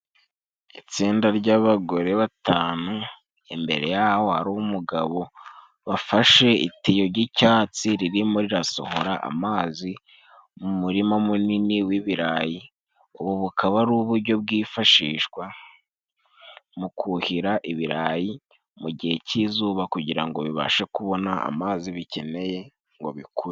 Itsinda ry'abagore batanu, imbere yaho hari umugabo wafashe itiyo ry'icyatsi ririmo rirasohora amazi mu murima munini w'ibirayi. Ubu bukaba ari uburyo bwifashishwa mu kuhira ibirayi mu gihe cy'izuba kugira ngo bibashe kubona amazi bikeneye ngo bikure.